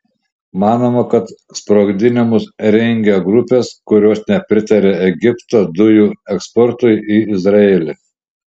manoma kad sprogdinimus rengia grupės kurios nepritaria egipto dujų eksportui į izraelį